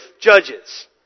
Judges